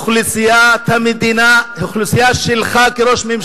כאוכלוסיית המדינה, אוכלוסייה שלך כראש ממשלה,